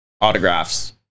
autographs